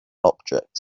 objects